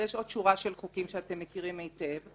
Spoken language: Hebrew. ויש עוד שורה של חוקים שאתם מכירים היטב,